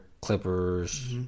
Clippers